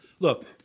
Look